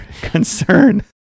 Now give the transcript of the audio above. concern